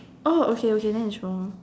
oh okay okay then it's wrong